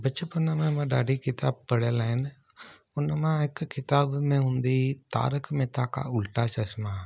बचपन में मां ॾाढी किताब पढियलु आहिनि हुनमां हिकु किताब में हूंदी हुई तारक मेहता का उल्टा चशमा